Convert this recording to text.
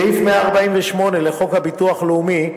סעיף 148 לחוק הביטוח הלאומי ,